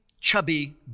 chubby